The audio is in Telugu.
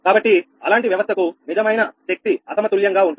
కాబట్టి అలాంటి వ్యవస్థకు నిజమైన శక్తి అసమతుల్యంగా ఉంటుంది